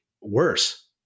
worse